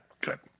Good